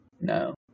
no